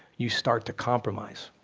you start to compromise.